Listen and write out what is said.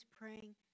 praying